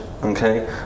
Okay